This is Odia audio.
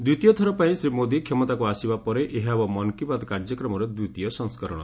ଦ୍ୱିତୀୟ ଥର ପାଇଁ ଶ୍ରୀ ମୋଦି କ୍ଷମତାକୁ ଆସିବା ପରେ ଏହା ହେବ ମନ୍ କୀ ବାତ୍ କାର୍ଯ୍ୟକ୍ରମର ଦ୍ୱିତୀୟ ସଂସ୍କରଣ